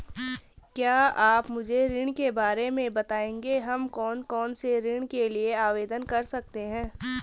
क्या आप मुझे ऋण के बारे में बताएँगे हम कौन कौनसे ऋण के लिए आवेदन कर सकते हैं?